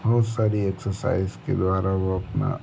बहुत सारी एक्सरसाइज़ के द्वारा वह अपना